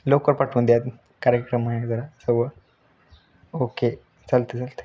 लवकर पाठवून द्या आधी कार्यक्रम आहे जरा जवळ ओके चालते चालते